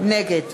נגד